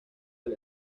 del